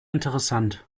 interessant